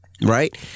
right